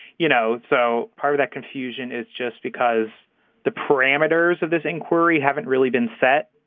you know so part of that confusion is just because the parameters of this inquiry haven't really been set.